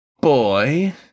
boy